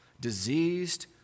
diseased